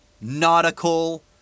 nautical